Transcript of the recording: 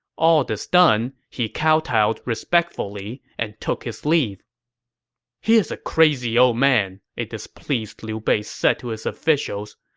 all this done, he kowtowed respectfully and took his leave he is a crazy old man, a displeased liu bei said to his officials.